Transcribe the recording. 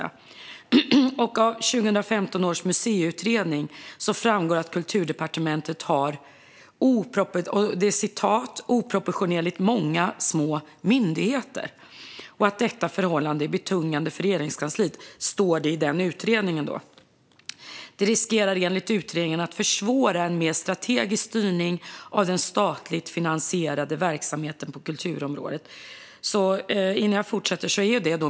Av 2015 års museiutredning framgår också att Kulturdepartementet har "oproportionerligt många små myndigheter" och att det, som det står i utredningen, är betungande för Regeringskansliet. Det riskerar enligt utredningen att försvåra "en mer strategisk styrning" av den statligt finansierade verksamheten på kulturområdet.